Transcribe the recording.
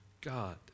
God